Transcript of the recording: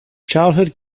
childhood